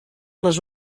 les